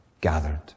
gathered